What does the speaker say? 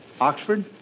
Oxford